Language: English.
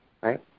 right